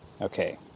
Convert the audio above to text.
Okay